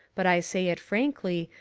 but i say it frankly,